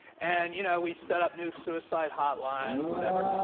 and you know we set up new suicide hotlines, whatever.